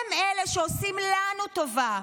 הם אלה שעושים לנו טובה.